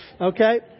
Okay